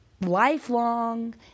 lifelong